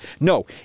No